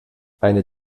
eine